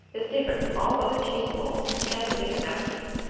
is different from all other cheese molds and has a different action.